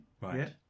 Right